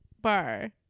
Bar